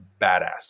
badass